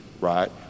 right